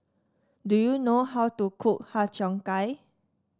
do you know how to cook Har Cheong Gai